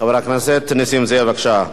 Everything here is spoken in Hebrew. חבר הכנסת נסים זאב, בבקשה.